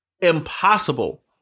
impossible